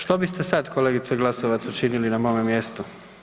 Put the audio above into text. Što biste sad kolegice Glasovac, učinili na mome mjestu?